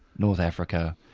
north africa,